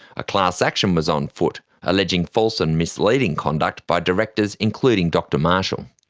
a class action was on foot, alleging false and misleading conduct by directors including dr marshall.